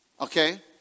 Okay